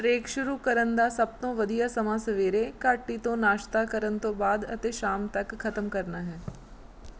trek ਸ਼ੁਰੂ ਕਰਨ ਦਾ ਸਭ ਤੋਂ ਵਧੀਆ ਸਮਾਂ ਸਵੇਰੇ ਘਾਟੀ ਤੋਂ ਨਾਸ਼ਤਾ ਕਰਨ ਤੋਂ ਬਾਅਦ ਅਤੇ ਸ਼ਾਮ ਤੱਕ ਖ਼ਤਮ ਕਰਨਾ ਹੈ